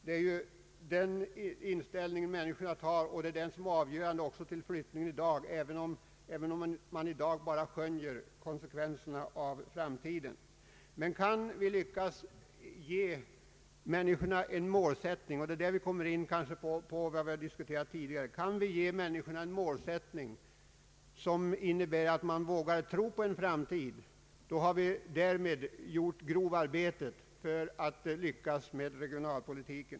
Det är denna inställning många har, och det är den som också är avgörande i dagens folkomflyttning, även om man nu bara kan skönja konsekvenserna i framtiden. Lyckas vi ge regionalpolitiken en målsättning — och ett innehåll — som innebär att människorna vågar tro på framtiden, har vi därmed gjort grovarbetet för att lyckas med denna politik.